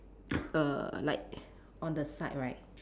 err like on the side right